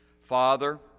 Father